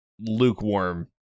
lukewarm